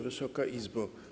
Wysoka Izbo!